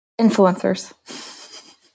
Influencers